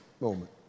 moment